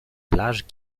plages